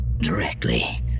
Directly